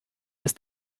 ist